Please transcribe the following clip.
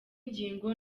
ngingo